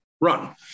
Run